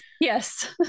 Yes